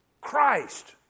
Christ